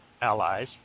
allies